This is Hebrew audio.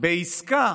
בעסקה